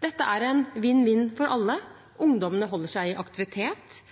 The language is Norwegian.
Dette er en vinn-vinn-situasjon for alle. Ungdommen holder seg i aktivitet